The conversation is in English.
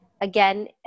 Again